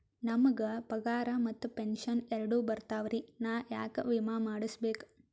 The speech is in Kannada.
ನಮ್ ಗ ಪಗಾರ ಮತ್ತ ಪೆಂಶನ್ ಎರಡೂ ಬರ್ತಾವರಿ, ನಾ ಯಾಕ ವಿಮಾ ಮಾಡಸ್ಬೇಕ?